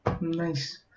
Nice